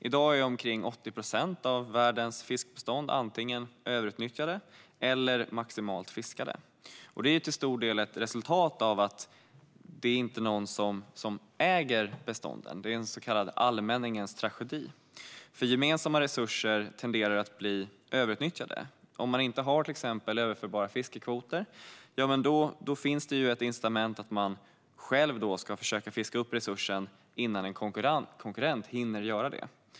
I dag är omkring 80 procent av världens fiskbestånd antingen överutnyttjade eller maximalt fiskade. Det är till stor del ett resultat av att ingen äger bestånden. Det är en så kallad allmänningens tragedi; gemensamma resurser tenderar att bli överutnyttjade. Om det inte finns till exempel överförbara fiskekvoter, finns ett incitament att själv försöka fiska upp resursen innan en konkurrent hinner göra det.